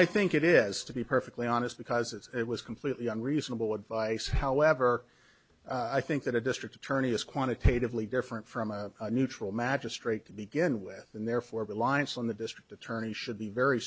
i think it is to be perfectly honest because it was completely unreasonable advice however i think that a district attorney is quantitatively different from a neutral magistrate to begin with and therefore reliance on the district attorney should be very